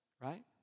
right